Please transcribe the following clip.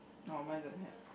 oh mine don't have